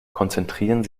konzentrieren